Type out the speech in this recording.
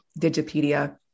Digipedia